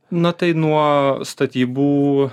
na tai nuo statybų